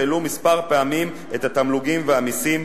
והעלו מספר פעמים את התמלוגים והמסים,